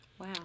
Wow